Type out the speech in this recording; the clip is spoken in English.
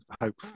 hope